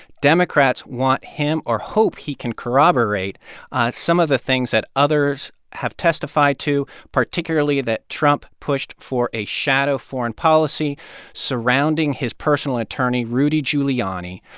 democrats want him or hope he can corroborate some of the things that others have testified to, particularly that trump pushed for a shadow foreign policy surrounding his personal attorney, rudy giuliani,